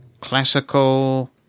classical